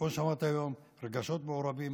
כמו שאמרתי היום, רגשות מעורבים.